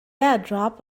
airdrop